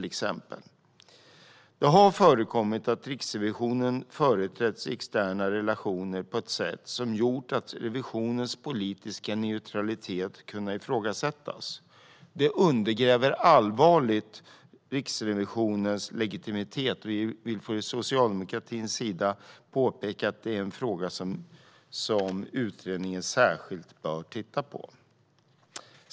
Det har förekommit att Riksrevisionen har företrätts i externa relationer på ett sätt som har gjort att revisionens politiska neutralitet har kunnat ifrågasättas. Det här undergräver allvarligt Riksrevisionens legitimitet, och vi i Socialdemokraterna vill påpeka att utredningen särskilt bör titta på detta.